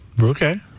Okay